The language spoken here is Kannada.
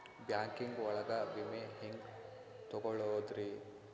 ಬ್ಯಾಂಕಿಂಗ್ ಒಳಗ ವಿಮೆ ಹೆಂಗ್ ತೊಗೊಳೋದ್ರಿ?